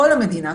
כל המדינה,